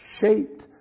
shaped